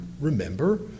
remember